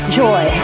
joy